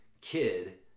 kid